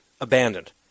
abandoned